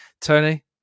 Tony